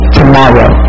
tomorrow